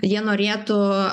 jie norėtų